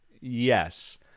yes